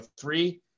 three